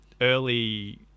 early